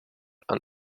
and